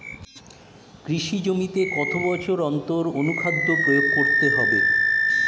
কৃষি জমিতে কত বছর অন্তর অনুখাদ্য প্রয়োগ করতে হবে?